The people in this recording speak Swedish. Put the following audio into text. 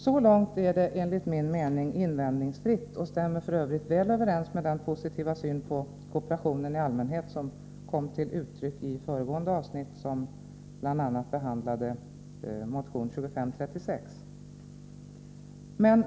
Så långt är det enligt min mening invändningsfritt och stämmer för Övrigt väl överens med den positiva syn på kooperationen i allmänhet som kommit till uttryck i det föregående avsnittet, som bl.a. behandlar motion 2536.